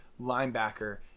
linebacker